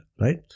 right